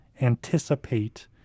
anticipate